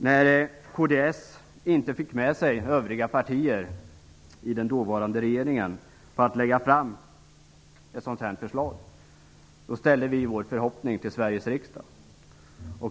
När kds inte fick med sig övriga partier i den dåvarande regeringen om att lägga fram ett sådant förslag ställde vi vår förhoppning till Sveriges riksdag.